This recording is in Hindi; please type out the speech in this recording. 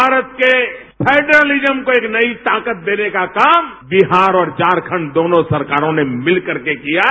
भारत के फेडरल्जिय को एक नई ताकत देने का काम बिहार और झारखंड दोनों सरकारों ने मिलकर के किया है